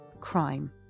crime